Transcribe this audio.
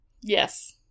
Yes